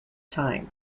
time